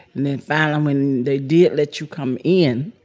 and then finally, when they did let you come in,